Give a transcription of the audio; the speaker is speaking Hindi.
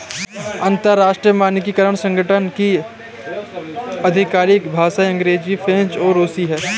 अंतर्राष्ट्रीय मानकीकरण संगठन की आधिकारिक भाषाएं अंग्रेजी फ्रेंच और रुसी हैं